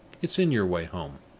it's in your way home.